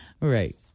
Right